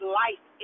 life